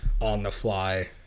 on-the-fly